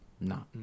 No